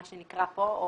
מה שנקרא פה,